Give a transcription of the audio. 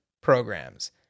programs